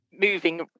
moving